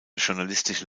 journalistische